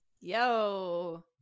Yo